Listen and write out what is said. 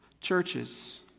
Churches